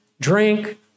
drink